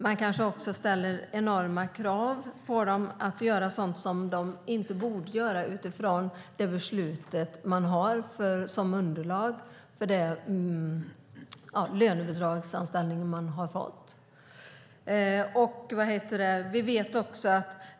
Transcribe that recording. Man kanske ställer stora krav på att de ska syssla med sådant som de inte borde göra enligt den lönebidragsanställning som har beviljats.